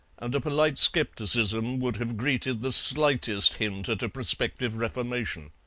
and a polite scepticism would have greeted the slightest hint at a prospective reformation.